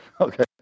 Okay